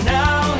now